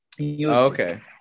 okay